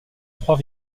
trois